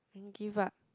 give up